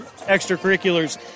extracurriculars